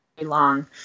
long